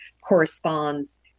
Corresponds